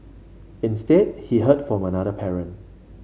instead he heard from another parent